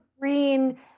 green